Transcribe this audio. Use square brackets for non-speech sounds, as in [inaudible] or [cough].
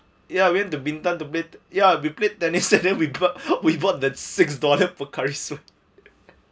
ya we went to bintan to play ya we played tennis and then [laughs] we've we've bought that six dollar